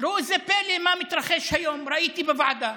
ראו זה פלא, מה מתרחש היום, ראיתי בוועדה: